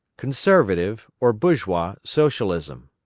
conservative, or bourgeois, socialism